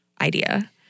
idea